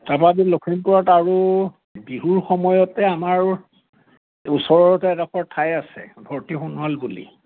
তাৰপা যদি লখিমপুৰত আৰু বিহুৰ সময়তে আমাৰ ওচৰতে এডখৰ ঠাই আছে ভৰ্তি সোণোৱাল বুলি